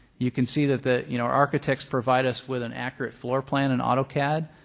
you can see that the, you know, architects provide us with an accurate floor plan in autocad,